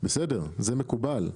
בסדר, זה מקובל.